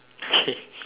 okay